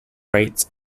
rates